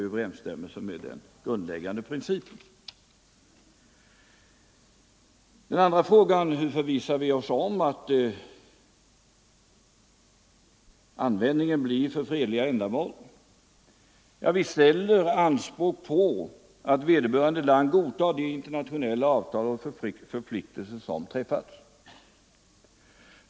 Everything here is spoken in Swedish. Beträffande den andra frågan — hur vi förvissar oss om att användningen kommer att inriktas på fredliga ändamål — så vill jag framhålla att vi ställer anspråk på att vederbörande land godtar de internationella avtal och förpliktelser som gäller.